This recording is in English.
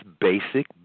basic